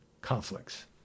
conflicts